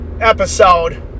episode